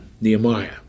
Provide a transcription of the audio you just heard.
Nehemiah